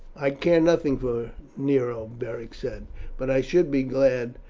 i care nothing for nero, beric said but i should be glad,